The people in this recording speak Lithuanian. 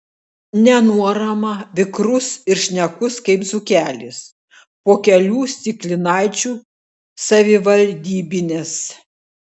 nenuorama vikrus ir šnekus kaip dzūkelis po kelių stiklinaičių savivaldybinės